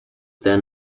then